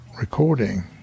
recording